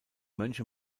mönche